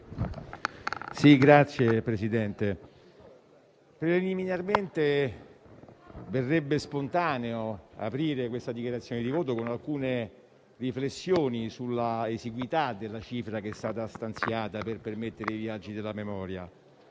Signor Presidente, preliminarmente verrebbe spontaneo aprire questa dichiarazione di voto con alcune riflessioni sulla esiguità della cifra che è stata stanziata per permettere i viaggi della memoria.